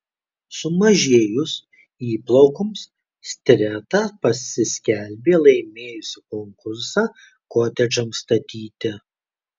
sumažėjus įplaukoms streta pasiskelbė laimėjusi konkursą kotedžams statyti